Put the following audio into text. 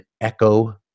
echo